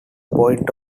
point